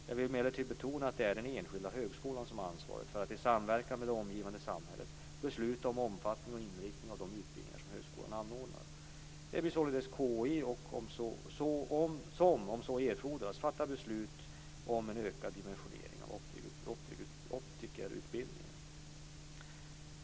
Jag vill emellertid betona att det är den enskilda högskolan som har ansvaret för att i samverkan med det omgivande samhället besluta om omfattning och inriktning av de utbildningar som högskolan anordnar. Det blir således KI som, om så erfordras, fattar beslut om en ökad dimensionering av optikerutbildningen.